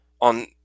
on